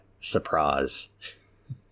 surprise